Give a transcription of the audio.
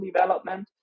development